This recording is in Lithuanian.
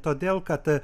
todėl kad